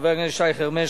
חבר הכנסת שי חרמש,